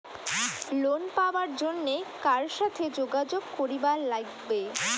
Loan পাবার জন্যে কার সাথে যোগাযোগ করিবার লাগবে?